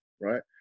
right